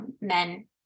men